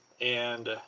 and-